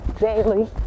daily